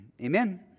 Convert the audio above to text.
Amen